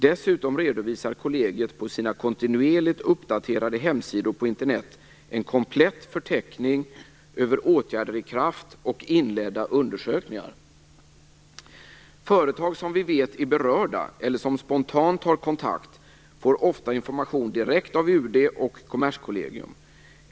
Dessutom redovisar kollegiet på sina kontinuerligt uppdaterade hemsidor på Internet en komplett förteckning över åtgärder i kraft och inledda undersökningar. Företag som vi vet är berörda eller som spontant tar kontakt får ofta information direkt av UD och Kommerskollegium.